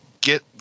get